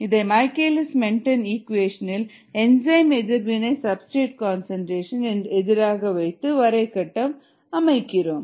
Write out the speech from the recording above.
இங்கே Michaelis Menten equation இல் enzyme எதிர்வினை சப்ஸ்டிரேட் கான்சன்ட்ரேசன் எனக்கு எதிராக வைத்து வரை கட்டம் அமைக்கிறோம்